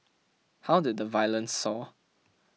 how did the violence soar